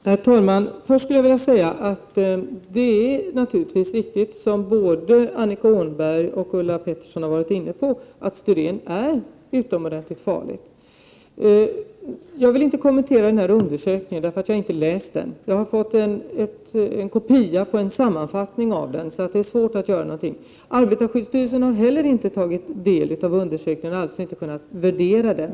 Herr talman! Jag vill först säga att det naturligtvis är riktigt — som både Annika Åhnberg och Ulla Pettersson var inne på — att styren är utomordentligt farligt. Eftersom jag inte har läst den här undersökningen, vill jag inte kommentera den. Jag har fått en kopia av en sammanfattning av undersökningen, så därför är det svårt att uttala sig. Arbetarskyddsstyrelsen har inte heller tagit del av undersökningen, och man har således inte kunnat värdera den.